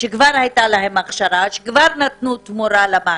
שכבר הייתה להם הכשרה ושכבר נתנו תמורה למעסיק.